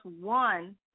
one